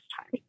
time